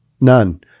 None